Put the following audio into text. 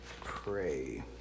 Pray